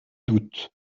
d’août